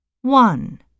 One